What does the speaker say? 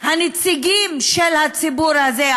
הנציגים של הציבור הזה,